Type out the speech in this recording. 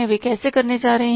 वे कैसे करने जा रहे हैं